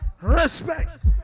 respect